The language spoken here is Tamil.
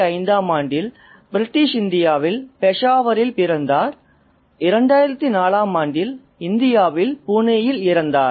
1905 ஆம் ஆண்டில் பிரிட்டிஷ் இந்தியாவில் பெஷாவரில் பிறந்தார் 2004 ஆம் ஆண்டில் இந்தியாவில் புனேயில் இறந்தார்